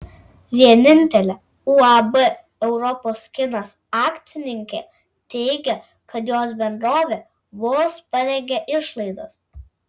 vienintelė uab europos kinas akcininkė teigia kad jos bendrovė vos padengia išlaidas